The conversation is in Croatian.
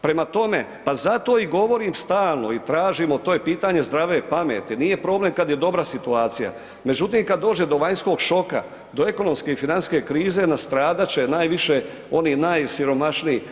Prema tome, pa zato i govorim stalno i tražimo to je pitanje zdrave pameti, nije problem kad je dobra situacija, međutim kad dođe do vanjskog šoka, do ekonomske i financijske krize nastradat će najviše oni najsiromašniji.